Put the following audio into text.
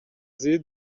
ziri